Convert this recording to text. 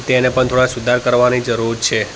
તેને પણ થોડા સુધાર કરવાની જરૂર છે